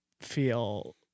feel